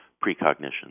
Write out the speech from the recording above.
precognition